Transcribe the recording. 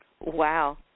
wow